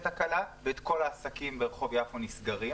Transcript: הקלה ואת כל העסקים ברחוב יפו נסגרים,